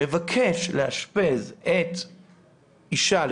מבקש לאשפז אישה בת 40,